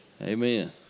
Amen